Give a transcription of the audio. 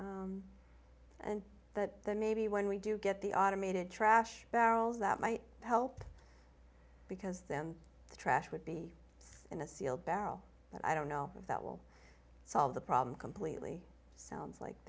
and that maybe when we do get the automated trash barrels that might help because then the trash would be in a sealed barrel but i don't know if that will solve the problem completely sounds like